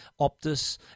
Optus